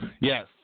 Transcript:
Yes